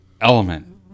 element